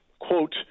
quote